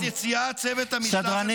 השב"כ והצבא,